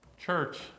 church